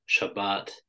Shabbat